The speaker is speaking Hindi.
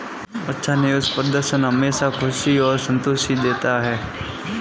अच्छा निवेश प्रदर्शन हमेशा खुशी और संतुष्टि देता है